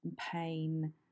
pain